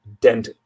dent